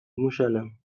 montchalin